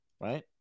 right